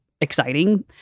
exciting